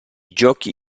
giochi